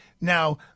Now